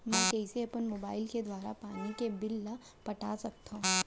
मैं कइसे अपन मोबाइल के दुवारा पानी के बिल ल पटा सकथव?